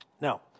Now